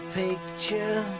picture